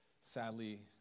Sadly